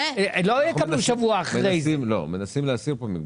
לא, מנסים להסיר את המגבלות.